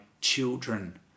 children